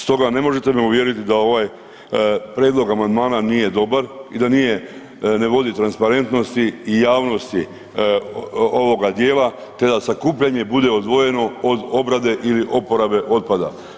Stoga ne možete me uvjeriti da ovaj prijedlog amandmana nije dobar i da nije, ne vodi transparentnosti i javnosti ovoga dijela te da sakupljanje bude odvojeno od obrade ili oporabe otpada.